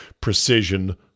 precision